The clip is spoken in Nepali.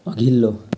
अघिल्लो